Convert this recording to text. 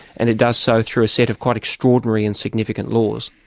and it does so through a set of quite extraordinary and significant laws.